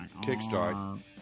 Kickstart